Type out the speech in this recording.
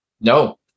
No